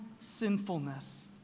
sinfulness